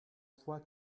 fois